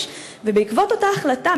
ובעקבות אותה החלטה,